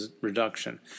reduction